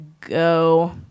go